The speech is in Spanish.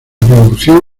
producción